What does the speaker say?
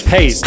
Hey